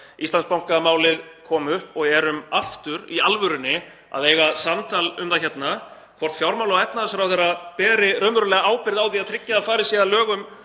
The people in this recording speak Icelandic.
Íslandsbankamálið kom upp og erum aftur í alvörunni að eiga samtal um það hvort fjármála- og efnahagsráðherra beri raunverulega ábyrgð á því að tryggja að farið sé að lögum